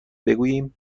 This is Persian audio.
بگویم